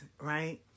right